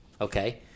Okay